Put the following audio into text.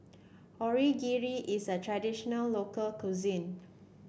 Onigiri is a traditional local cuisine